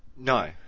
No